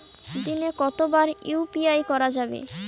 দিনে কতবার ইউ.পি.আই করা যাবে?